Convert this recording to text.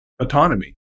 autonomy